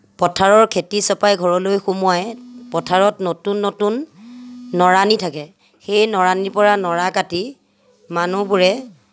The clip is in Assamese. পথাৰৰ খেতি চপাই ঘৰলৈ সোমোৱায় পথাৰত নতুন নতুন নৰানি থাকে সেই নৰানিৰ পৰা নৰা কাটি মানুহবোৰে